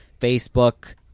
Facebook